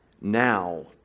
now